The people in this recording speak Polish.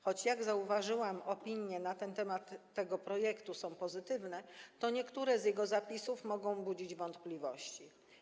Choć, jak zauważyłam, opinie na temat tego projektu są pozytywne, to niektóre z jego zapisów mogą budzić wątpliwości.